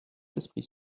esprit